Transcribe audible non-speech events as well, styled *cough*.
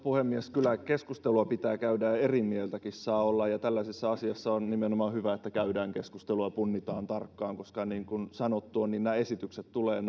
puhemies kyllä keskustelua pitää käydä ja eri mieltäkin saa olla ja tällaisessa asiassa on nimenomaan hyvä että käydään keskustelua punnitaan tarkkaan koska niin kuin sanottua nämä esitykset tulevat *unintelligible*